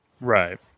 Right